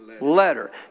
letter